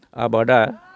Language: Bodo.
आबादआ